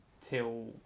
till